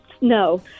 No